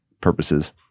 purposes